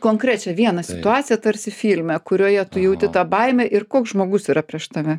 konkrečią vieną situaciją tarsi filme kurioje tu jauti tą baimę ir koks žmogus yra prieš tave